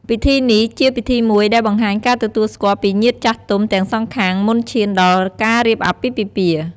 ពិធីនេះជា ពិធីមួយដែលបង្ហាញការទទួលស្គាល់ពីញាតិចាស់ទុំទាំងសងខាងមុនឈានដល់ការរៀបអាពាហ៍ពិពាហ៍។